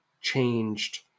changed